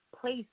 place